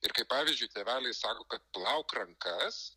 ir kaip pavyzdžiui tėveliai sako kad plauk rankas